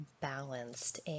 balanced